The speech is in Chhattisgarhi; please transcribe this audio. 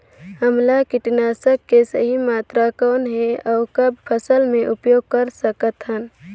हमला कीटनाशक के सही मात्रा कौन हे अउ कब फसल मे उपयोग कर सकत हन?